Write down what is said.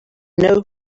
know